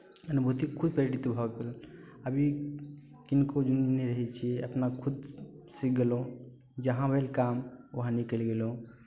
अनुभूति खुद प्रेरित भऽ गेल अभी किनको जरे नहि रहै छियै अपना खुदसँ गेलहुँ जहाँ भेल काम वहाँ निकलि गेलहुँ